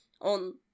on